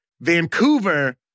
Vancouver